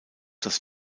das